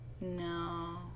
No